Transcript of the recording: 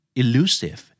elusive